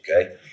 okay